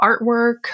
artwork